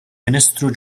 ministru